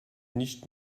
nicht